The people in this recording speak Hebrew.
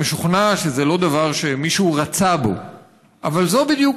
משוכנע שזה לא דבר שמישהו רצה בו אבל זו בדיוק